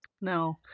No